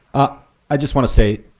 ah i just want to say,